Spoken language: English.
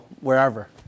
wherever